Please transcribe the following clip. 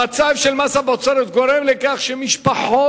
המצב של מס הבצורת גורם לכך שמשפחות